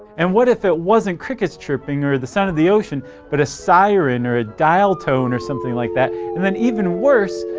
and what if it wasn't crickets chirping or the sound of the ocean but a siren or a dial tone or something like that? and then even worse,